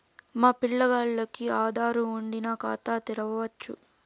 మా పిల్లగాల్లకి ఆదారు వుండిన ఖాతా తెరవచ్చు